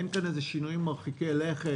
אין כאן איזה שינויים מרחיקי לכת,